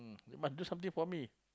must do something for me